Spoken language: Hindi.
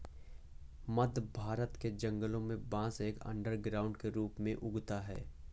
मध्य भारत के जंगलों में बांस एक अंडरग्राउंड के रूप में उगता है